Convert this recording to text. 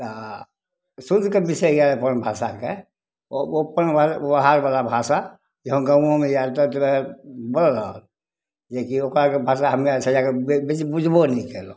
तऽ शुद्धके बिषय यऽ अपन भाषाके ओ ओ अपनवला ओहार बला भाषा जे गाँवोमे आयल दस तरह बोललक जेकि ओक्कर आरके भाषा हम्मे आरके एहिठाम बेसी बुझबो नहि केलहुॅं